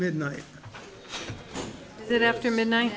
midnight then after midnight